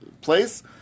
place